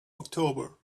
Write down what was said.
october